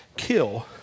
Kill